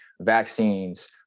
Vaccines